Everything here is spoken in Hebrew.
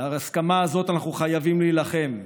על ההסכמה הזאת אנחנו חייבים להילחם,